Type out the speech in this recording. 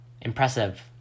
impressive